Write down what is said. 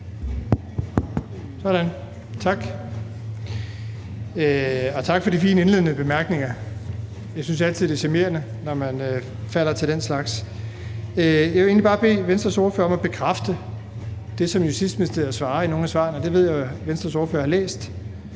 (S): Tak, og tak for de fine indledende bemærkninger. Jeg synes altid, det er charmerende, når man forfalder til den slags. Jeg vil egentlig bare bede Venstres ordfører om at bekræfte det, som Justitsministeriet svarer i nogle af svarene – det ved jeg jo at Venstres ordfører har læst